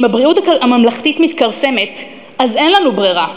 אם הבריאות הממלכתית מתכרסמת אז אין לנו ברירה,